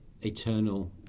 eternal